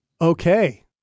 okay